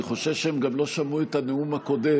אני חושש שהם גם לא שמעו את הנאום הקודם